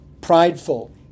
prideful